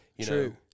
true